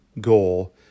goal